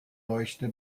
leuchte